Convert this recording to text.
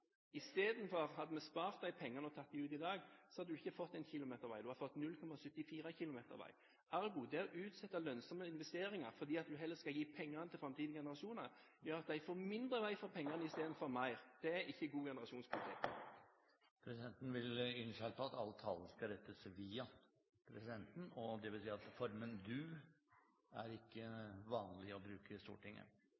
Hadde vi i stedet spart de pengene og tatt dem ut i dag, hadde du ikke fått 1 km vei. Du hadde fått 0, 74 km vei. Ergo: Det å utsette lønnsomme investeringer fordi du heller skal gi pengene til framtidige generasjoner, gjør at de får mindre vei for pengene istedenfor mer. Det er ikke god generasjonspolitikk. Presidenten vil innskjerpe at all tale skal rettes til presidenten. Det betyr at formen «du» ikke er